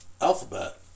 alphabet